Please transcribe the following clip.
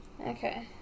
Okay